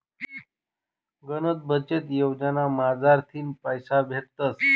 गनच बचत योजना मझारथीन पैसा भेटतस